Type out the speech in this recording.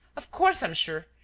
of course i'm sure!